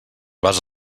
vas